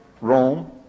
Rome